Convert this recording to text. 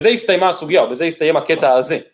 בזה הסתיימה הסוגיה, ובזה הסתיים הקטע הזה.